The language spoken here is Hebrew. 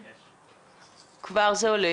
אני ככה מאחורי הקלעים שומע כבר איך הדברים האלה